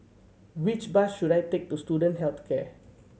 which bus should I take to Student Health Care